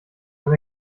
wenn